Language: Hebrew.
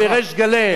והן מתפשטות בריש גלי.